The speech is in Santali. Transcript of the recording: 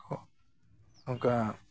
ᱚᱱᱠᱟ